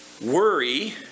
Worry